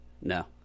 no